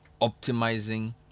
optimizing